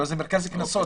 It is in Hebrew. זה מרכז קנסות.